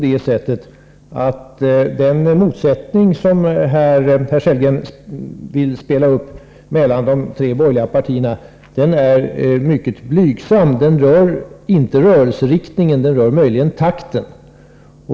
Den motsättning som herr Sundgren vill spela upp mellan de tre borgerliga partierna är faktiskt mycket blygsam. Den gäller inte rörelseriktningen, möjligen takten.